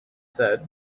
said